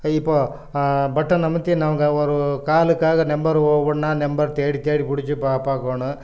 இப்போது பட்டன் அமுத்தி நமக்கு ஒரு காலுக்காக நம்பர் ஒவ்வொன்றா நம்பர் தேடி தேடி புடிச்சு பா பார்க்கோணும்